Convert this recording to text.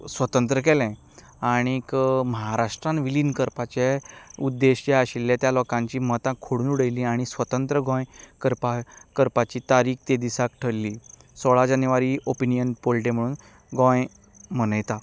स्वतंत्र केलें आनीक महाराष्ट्रांत विलीन करपाचें उद्देश जे आशिल्ले त्या लोकांची मतां खोडून उडयलीं आनी स्वतंत्र गोंय करपा करपाची तारीक ते दिसाक ठरली सोळा जानेवारी ओपिनीयन पोल डे म्हूण गोंय मनयता